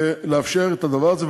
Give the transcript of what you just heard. ולאפשר את הדבר הזה.